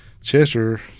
Chester –